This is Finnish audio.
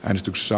äänestyksissä